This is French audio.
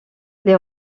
les